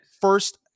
First